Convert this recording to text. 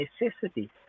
necessity